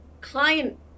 client